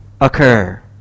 occur